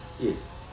Yes